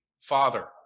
Father